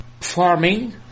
farming